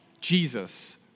Jesus